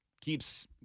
keeps